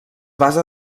basa